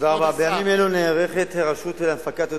בימים אלה נערכת הרשות להנפקת התעודות,